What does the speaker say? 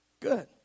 Good